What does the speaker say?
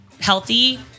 healthy